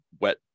wet